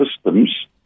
systems